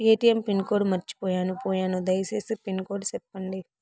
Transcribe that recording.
ATM pin code మర్చిపోయాను పోయాను దయసేసి పిన్ కోడ్ సెప్పండి?